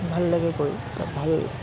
ভাল লাগে কৰি বা ভাল